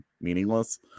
meaningless